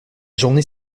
journée